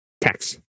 tax